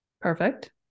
Perfect